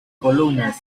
columnas